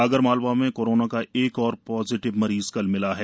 आगरमालवा में कोरोना का एक और पॉजिटिव मरीज मिला है